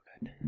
good